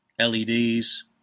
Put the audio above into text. LEDs